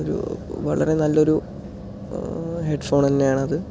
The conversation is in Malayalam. ഒരു വളരെ നല്ലൊരു ഹെഡ് ഫോൺ തന്നെയാണത്